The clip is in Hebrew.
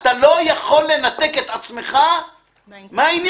אתה לא יכול לנתק את עצמך מהעניין.